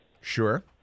sure